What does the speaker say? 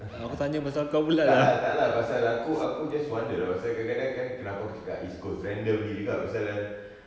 tak lah tak lah pasal aku aku just wonder lah pasal kadang-kadang kan kenapa aku cakap east coast kan randomly juga pasal kan